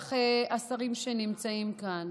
ובטח השרים שנמצאים כאן,